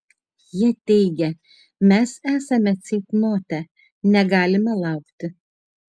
jie teigia mes esame ceitnote negalime laukti